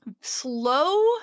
slow